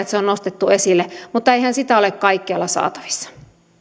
se on nostettu esille mutta eihän sitä ole kaikkialla saatavissa